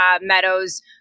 Meadows